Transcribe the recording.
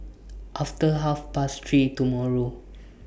after Half Past three tomorrow